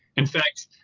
in fact,